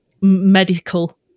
medical